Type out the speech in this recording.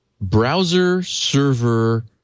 browser-server